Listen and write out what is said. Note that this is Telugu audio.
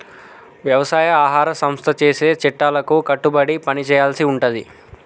వ్యవసాయ ఆహార సంస్థ చేసే చట్టాలకు కట్టుబడి పని చేయాల్సి ఉంటది